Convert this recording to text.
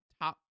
top